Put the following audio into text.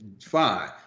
fine